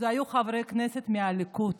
היו חברי כנסת מהליכוד.